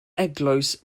eglwys